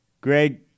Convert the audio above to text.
Greg